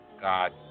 God